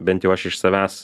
bent jau aš iš savęs